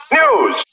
news